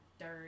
dirt